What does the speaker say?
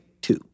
two